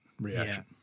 reaction